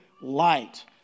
light